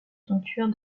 sanctuaire